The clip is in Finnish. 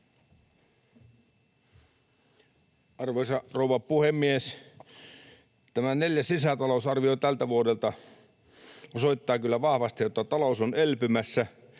Arvoisa rouva puhemies! Tämä neljäs lisätalousarvio tältä vuodelta osoittaa kyllä vahvasti, että talous on elpymässä.